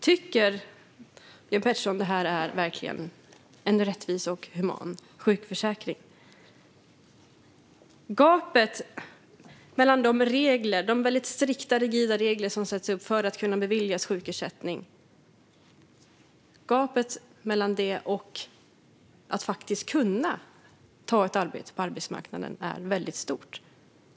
Tycker verkligen Björn Petersson att det är en rättvis och human sjukförsäkring? Gapet mellan de väldigt strikta, rigida regler som sätts upp för att kunna beviljas sjukersättning och att kunna ta ett arbete på arbetsmarknaden är väldigt stort.